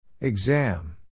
Exam